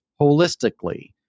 holistically